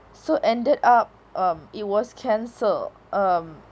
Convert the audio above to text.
so ended up um it was cancelled um